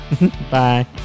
Bye